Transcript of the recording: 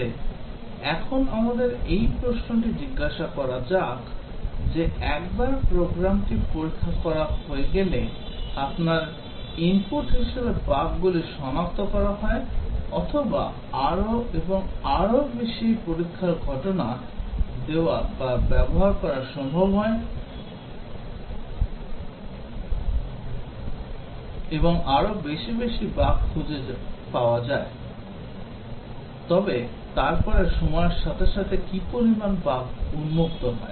তবে এখন আমাদের এই প্রশ্নটি জিজ্ঞাসা করা যাক যে একবার প্রোগ্রামটি পরীক্ষা করা হয়ে গেলে আপনার ইনপুট হিসাবে বাগগুলি সনাক্ত করা হয় অথবা আরও এবং আরও বেশি পরীক্ষার ঘটনা দেওয়া বা ব্যবহার করা হয় এবং আরও বেশি বেশি বাগ খুঁজে পাওয়া যায় তবে তারপরে সময়ের সাথে সাথে কী পরিমাণ বাগ উন্মুক্ত হয়